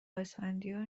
اسفندیار